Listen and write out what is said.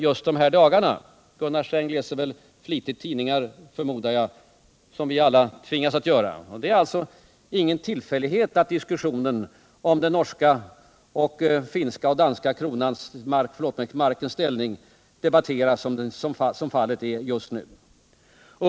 Gunnar Sträng läser väl flitigt tidningar, som vi alla tvingas till, och det är ingen tillfällighet att diskussionen om den norska och danska kronans liksom den finska markens ställning debatteras just nu.